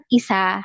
isa